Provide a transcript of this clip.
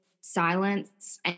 silence